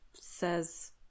says